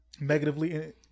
negatively